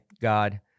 God